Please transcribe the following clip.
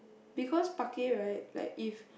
because parquet right like if